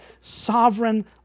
Sovereign